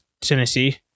Tennessee